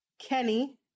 Kenny